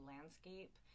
landscape